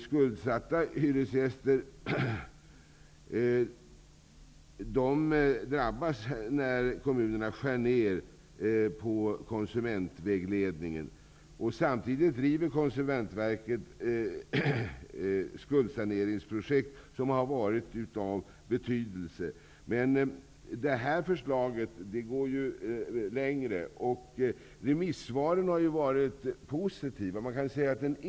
Skuldsatta hyresgäster drabbas när kommunerna skär ner på konsumentvägledningen. Samtidigt driver Konsumentverket skuldsaneringsprojekt som har varit av betydelse. Det här förslaget går ju längre. Remissvaren har varit positiva.